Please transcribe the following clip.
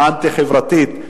האנטי-חברתית,